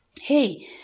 Hey